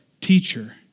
teacher